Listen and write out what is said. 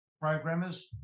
programmers